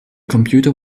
computer